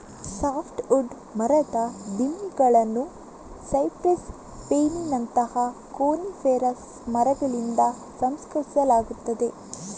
soft wood ಮರದ ದಿಮ್ಮಿಗಳನ್ನು cypress, ಪೈನಿನಂತಹ ಕೋನಿಫೆರಸ್ ಮರಗಳಿಂದ ಸಂಸ್ಕರಿಸಲಾಗುತ್ತದೆ